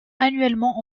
annuellement